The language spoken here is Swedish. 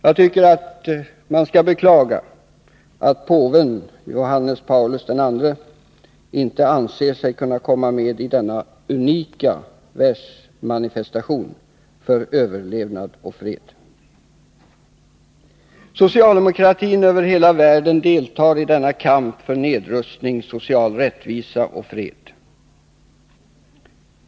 Det är bara att beklaga att påven Johannes Paulus II inte anser sig kunna komma med i denna unika världsmanifestation för överlevnad och fred. Socialdemokratin över hela världen deltar i denna kamp för nedrustning, social rättvisa och fred.